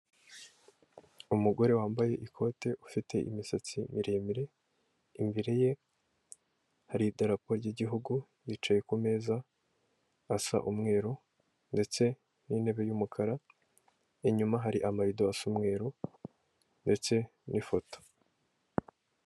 Umugore wambaye ikote ufite imisatsi miremire, imbere ye hari idarapo ryigihugu, yicaye ku meza asa umweru ndetse n'intebe y'umukara, inyuma hari amarido asa umweru, ndetse n'ifoto.